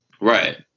right